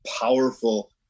powerful